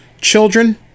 Children